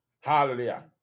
Hallelujah